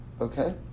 okay